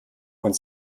und